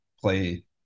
play